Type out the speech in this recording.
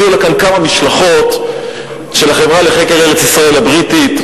הגיעו לכאן כמה משלחות של החברה לחקר ארץ-ישראל הבריטית,